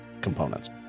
components